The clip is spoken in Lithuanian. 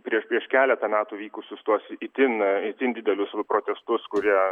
prieš prieš keletą metų vykusius tuos itin itin didelius protestus kurie